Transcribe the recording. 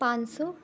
پانچ سو